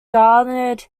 garnered